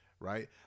Right